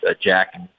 Jack